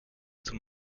zum